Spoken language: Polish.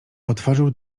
otworzył